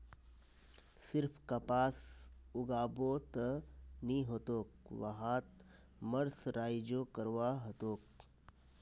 सिर्फ कपास उगाबो त नी ह तोक वहात मर्सराइजो करवा ह तोक